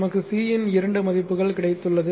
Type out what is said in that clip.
நமக்கு C ன் இரண்டு மதிப்புகள் கிடைத்துள்ளது